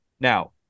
Now